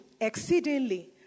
exceedingly